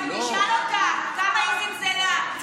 תשאל אותה כמה היא זלזלה.